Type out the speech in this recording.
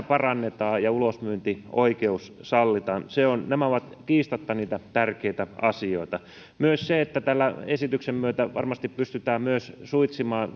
parannetaan ja ulosmyyntioikeus sallitaan nämä ovat kiistatta niitä tärkeitä asioita myös se että tämän esityksen myötä varmasti pystytään myös suitsimaan